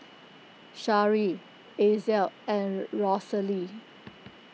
Shari Axel and Rosalee